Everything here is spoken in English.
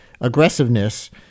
aggressiveness